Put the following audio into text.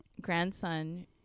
grandson